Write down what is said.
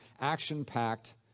action-packed